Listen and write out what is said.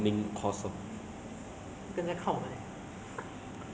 我只知道 something related to filming a course